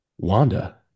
Wanda